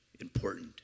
important